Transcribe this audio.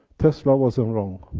tesla wasn't wrong,